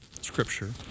scripture